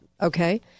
Okay